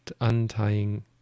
untying